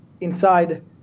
inside